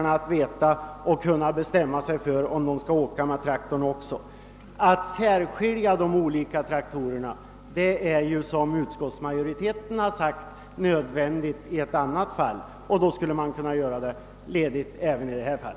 Att särskilja de olika traktorerna är, som utskottsmajoriteten har anfört, nödvändigt i ett annat fall och då skulle man ledigt kunna göra det även i detta fall.